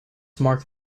mark